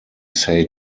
say